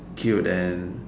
cute and